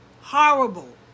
horrible